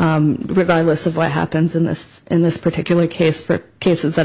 regardless of what happens in this in this particular case for cases that